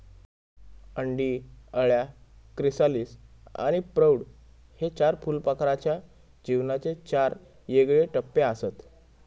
अंडी, अळ्या, क्रिसालिस आणि प्रौढ हे चार फुलपाखराच्या जीवनाचे चार येगळे टप्पेआसत